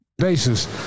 basis